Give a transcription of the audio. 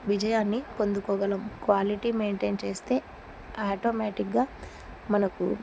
విజయాన్ని పొందుగలం quality maintain చేస్తే ఆటోమేటిక్గా మనకు